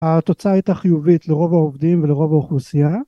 התוצאה הייתה חיובית לרוב העובדים ולרוב האוכלוסייה,